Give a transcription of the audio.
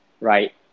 right